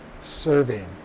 serving